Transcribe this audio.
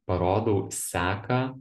parodau seką